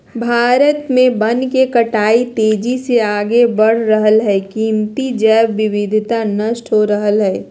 भारत में वन के कटाई तेजी से आगे बढ़ रहल हई, कीमती जैव विविधता नष्ट हो रहल हई